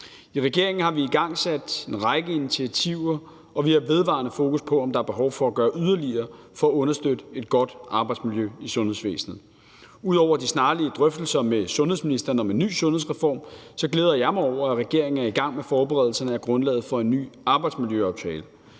I regeringen har vi igangsat en række initiativer, og vi har vedvarende fokus på, om der er behov for at gøre yderligere for at understøtte et godt arbejdsmiljø i sundhedsvæsenet. Ud over de snarlige drøftelser med sundhedsministeren om en ny sundhedsreform glæder jeg mig over, at regeringen er i gang med forberedelserne af grundlaget for en ny arbejdsmiljøaftale.